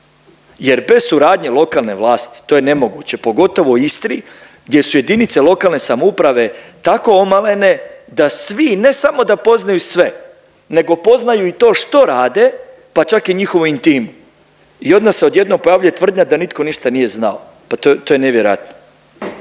jer bez suradnje lokalne vlasti to je nemoguće pogotovo u Istri gdje su jedinice lokalne samouprave tako omalene da svi ne samo da poznaju sve nego poznaju i to što rade pa čak i njihovu intimu. I onda se odjednom pojavljuje tvrdnja da nitko ništa nije znao, pa to je nevjerojatno.